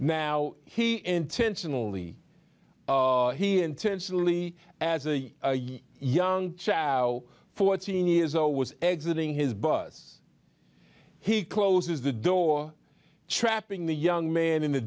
now he intentionally he intentionally as the young child fourteen years old was exiting his bus he closes the door trapping the young man in the